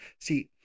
See